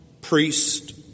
priest